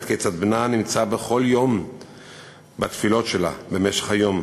כיצד בנה נמצא בכל יום בתפילות שלה במשך היום.